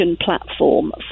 platform